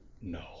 No